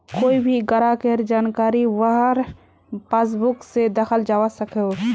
कोए भी ग्राहकेर जानकारी वहार पासबुक से दखाल जवा सकोह